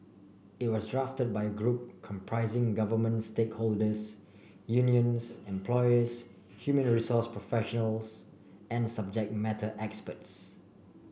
it was drafted by group comprising government stakeholders unions employers human resource professionals and subject matter experts